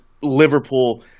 Liverpool